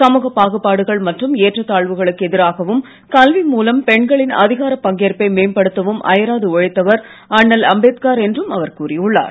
சமூக பாகுபாடுகள் மற்றும் ஏற்றத் தாழ்வுகளக்கு எதிராகவும் கல்வி மூலம் பெண்களின் அதிகாரப் பங்கேற்பை மேம்படுத்தவும் அயராது உழைத்தவர் அண்ணல் அம்பேத்கார் என்றும் அவர் கூறியுள்ளார்